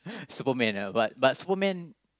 Superman ah but but Superman